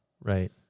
right